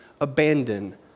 abandon